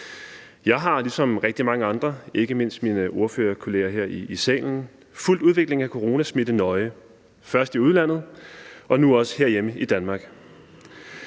Jeg har ligesom rigtig mange andre – ikke mindst mine ordførerkolleger her i salen – fulgt udviklingen af coronasmitte nøje, først i udlandet og nu også herhjemme i Danmark.